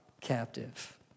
captive